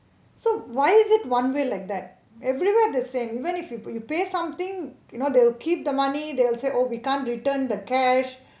so why is it one way like that everywhere the same even if you you pay something you know they'll keep the money they'll say oh we can't return the cash